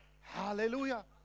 Hallelujah